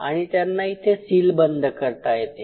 आणि त्यांना इथे सीलबंद करता येते